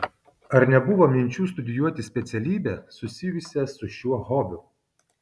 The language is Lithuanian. ar nebuvo minčių studijuoti specialybę susijusią su šiuo hobiu